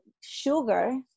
sugar